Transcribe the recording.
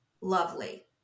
lovely